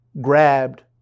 grabbed